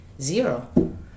zero